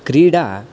क्रीडा